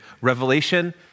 Revelation